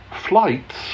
flights